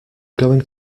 going